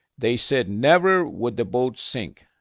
they said never would the boat sink.